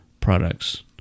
products